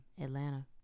Atlanta